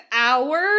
hours